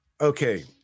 Okay